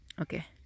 okay